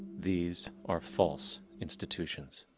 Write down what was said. these are false institutions.